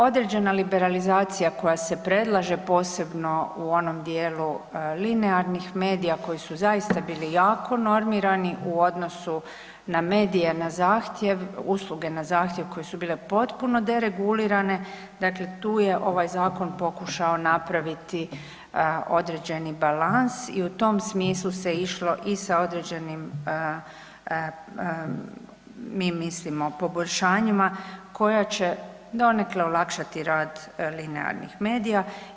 Određena liberalizacija koja se predlaže posebno u onom dijelu linearnih medija koji su zaista bili jako normirani u odnosu na medije na zahtjev, usluge na zahtjev koje su bile potpuno deregulirane dakle tu je ovaj zakon pokušao napraviti određeni balans i u tom smislu se išlo i sa određenim mi mislimo poboljšanjima koja će donekle olakšati rad linearnih medija.